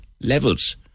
levels